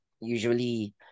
usually